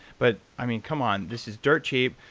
but i mean, come on. this is dirt cheap.